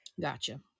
Gotcha